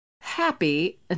happy